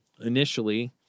Initially